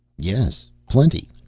yes plenty.